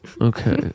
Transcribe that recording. Okay